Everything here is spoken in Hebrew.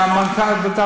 והמנכ"ל,